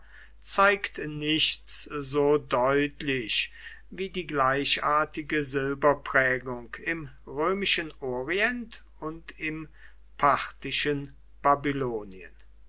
zeigt nichts so deutlich wie die gleichartige silberprägung im römischen orient und im parthischen babylonien